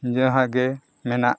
ᱡᱟᱦᱟᱸ ᱜᱮ ᱢᱮᱱᱟᱜ